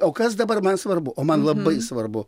o kas dabar man svarbu o man labai svarbu